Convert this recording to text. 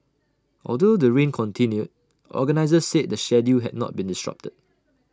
although the rain continued organisers said the schedule had not been disrupted